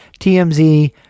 TMZ